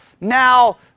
now